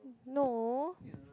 no